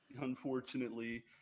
Unfortunately